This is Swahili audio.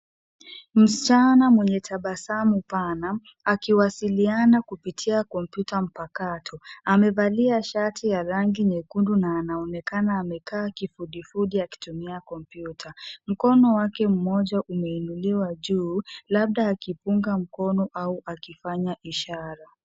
Msichana mwenye tabasamu pana, akiwasiliana kupitia kompyuta mpakato. Amevalia shati ya rangi nyekundu na anaonekana amekaa kifudifudi akitumia kompyuta .Mkono wake mmoja umeinuliwa juu, labda akipunga mkono au akifanya ishara.